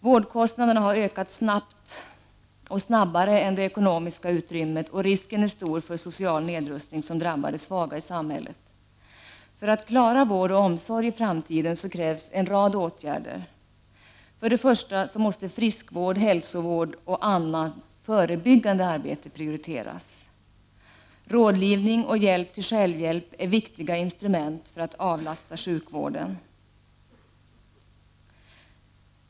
Vårdkostnaderna har ökat snabbare än det ekonomiska utrymmet, och risken är stor för en social nedrustning som drabbar de svaga i samhället. För att vi skall klara vård och omsorg i framtiden krävs en rad åtgärder. För det första måste friskvård, hälsovård och annat förebyggande arbete prioriteras. Rådgivning och hjälp till självhjälp är viktiga instrument för att avlasta sjukvården.